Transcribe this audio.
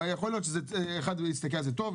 יכול להיות שאחד יסתכל על זה טוב,